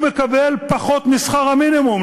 הוא מקבל פחות משכר המינימום.